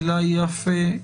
הילה יפה,